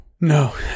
No